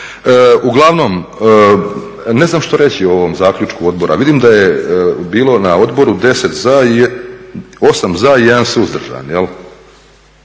Uglavnom ne znam što reći o ovom zaključku odbora. Vidim da je bilo na odboru 8 za i 1 suzdržan. Ja